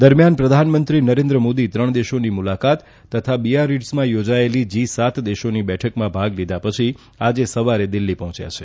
દરમિયાન પ્રધાનમંત્રી નરેન્દ્રમોદી ત્રણ દેશોની મુલાકાત તથા બીયારીટ઼ઝમાં યોજાયેલી જી સાત દેશોની બેઠકમાં ભાગ લીધા પછી આજે સવારે દિલ્હી પહોંચ્યા છે